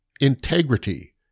integrity